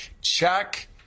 Check